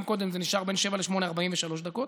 גם קודם, זה נשאר בין 07:00 ל-08:00 43 דקות,